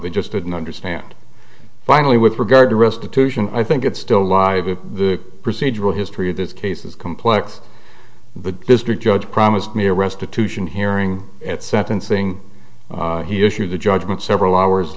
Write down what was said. we just didn't understand finally with regard to restitution i think it's still alive in the procedural history of this case it's complex the district judge promised me a restitution hearing at sentencing he issued the judgment several hours